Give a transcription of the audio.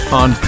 on